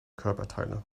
körperteile